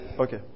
Okay